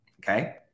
Okay